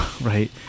right